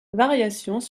variations